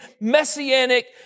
messianic